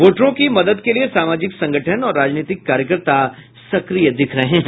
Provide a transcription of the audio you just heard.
वोटरों की मदद के लिये सामाजिक संगठन और राजनीतिक कार्यकर्ता सक्रिय दिख रहे हैं